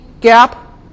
gap